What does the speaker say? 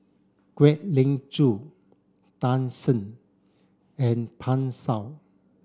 Kwek Leng Joo Tan Shen and Pan Shou